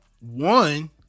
one